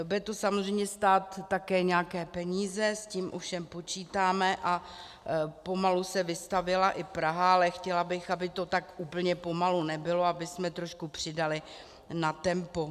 Bude to samozřejmě stát také nějaké peníze, s tím ovšem počítáme, a pomalu se vystavila i Praha, ale chtěla bych, aby to tak úplně pomalu nebylo, abychom trošku přidali na tempu.